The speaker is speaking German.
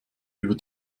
über